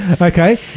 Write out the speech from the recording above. Okay